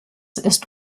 ist